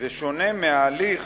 ושונה מההליך